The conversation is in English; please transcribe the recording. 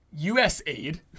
USAID